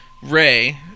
Ray